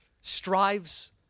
strives